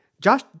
Josh